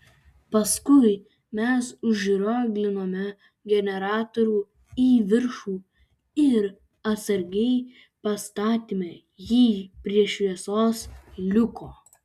paskui mes užrioglinome generatorių į viršų ir atsargiai pastatėme jį prie šviesos liuko